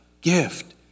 gift